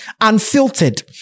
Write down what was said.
unfiltered